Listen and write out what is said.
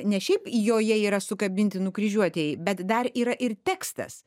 ne šiaip joje yra sukabinti nukryžiuotieji bet dar yra ir tekstas